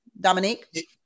Dominique